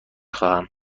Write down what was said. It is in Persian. خواهم